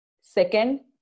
Second